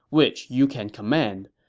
which you can command.